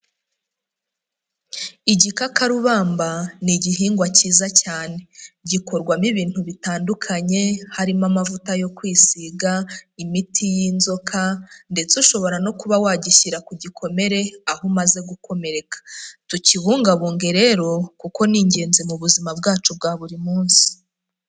Igikakarubamba ni igihingwa cyiza cyane. Gikorwamo ibintu bitandukanye harimo amavuta yo kwisiga, imiti y'inzoka, ndetse ushobora no kuba wagishyira ku gikomere aho umaze gukomereka. Tukibungabunge rero kuko ni ingenzi mu buzima bwacu bwa buri munsi.